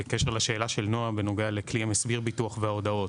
בקשר לשאלה של נעה בנוגע לכלי המסביר ביטוח וההודעות.